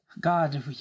God